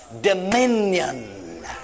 dominion